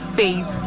faith